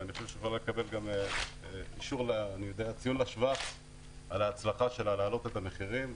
ואני חושב שהיא גם יכולה לקבל ציון לשבח על ההצלחה שלה בהעלאת המחירים,